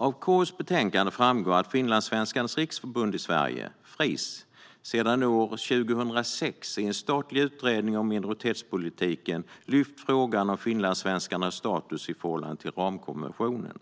Av KU:s betänkande framgår att Finlandssvenskarnas Riksförbund i Sverige, Fris, redan år 2006 i en statlig utredning om minoritetspolitiken lyft frågan om finlandssvenskarnas status i förhållande till ramkonventionen.